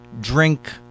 Drink